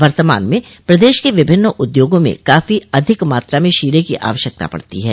वर्तमान में प्रदेश के विभिन्न उद्योगों में काफी अधिक मात्रा में शीरे की आवश्यकता पड़ती है